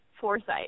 foresight